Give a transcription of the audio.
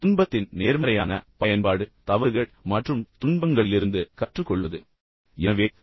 துன்பத்தின் நேர்மறையான பயன்பாடு தவறுகள் பின்னடைவுகள் மற்றும் துன்பங்களிலிருந்து கற்றுக்கொள்வது மற்றும் வளர்வது